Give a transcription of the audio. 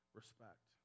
respect